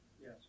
Yes